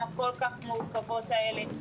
הכול כך מורכבות האלה גם הם צריכים כלים.